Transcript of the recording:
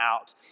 out